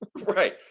right